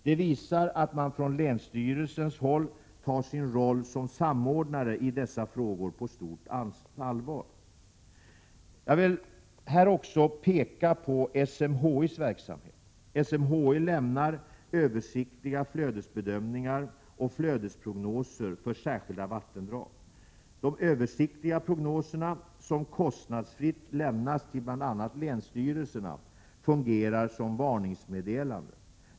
Detta visar att man på länsstyrelsehåll tar sin roll som samordnare i dessa frågor på stort allvar. Jag vill här också peka på SMHI:s verksamhet. SMHI lämnar översiktliga flödesbedömningar och flödesprognoser för särskilda vattendrag. De översiktliga prognoserna — som kostnadsfritt lämnas till bl.a. länsstyrelserna — fungerar som varningsmeddelanden.